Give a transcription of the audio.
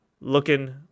looking